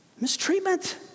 mistreatment